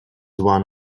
one